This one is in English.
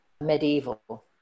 medieval